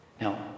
Now